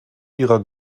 ihrer